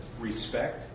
respect